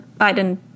biden